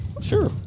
Sure